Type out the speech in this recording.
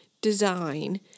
design